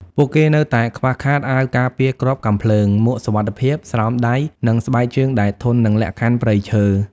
ពួកគេនៅតែខ្វះខាត អាវការពារគ្រាប់កាំភ្លើង មួកសុវត្ថិភាព ស្រោមដៃ និងស្បែកជើងដែលធន់នឹងលក្ខខណ្ឌព្រៃឈើ។